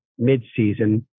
midseason